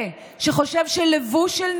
אנשים רבים חושבים שמה שקורה במגזר הערבי,